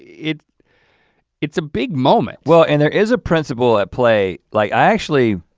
it's it's a big moment. well, and there is a principle at play, like i actually,